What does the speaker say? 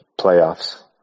playoffs